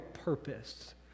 purpose